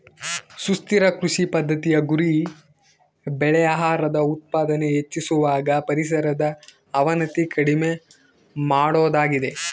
ಸುಸ್ಥಿರ ಕೃಷಿ ಪದ್ದತಿಯ ಗುರಿ ಬೆಳೆ ಆಹಾರದ ಉತ್ಪಾದನೆ ಹೆಚ್ಚಿಸುವಾಗ ಪರಿಸರದ ಅವನತಿ ಕಡಿಮೆ ಮಾಡೋದಾಗಿದೆ